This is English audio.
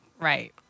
Right